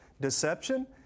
deception